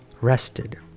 rested